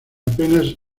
apenas